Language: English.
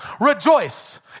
Rejoice